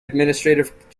administrative